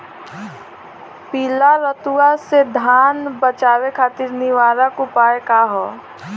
पीला रतुआ से धान बचावे खातिर निवारक उपाय का ह?